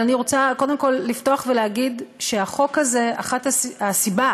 אני רוצה קודם כול לפתוח ולהגיד שהחוק הזה, הסיבה